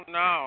no